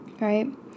right